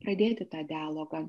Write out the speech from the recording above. pradėti tą dialogą